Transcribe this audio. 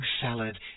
salad